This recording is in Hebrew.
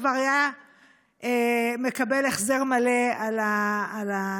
כבר היה מקבל החזר מלא על הנסיעה,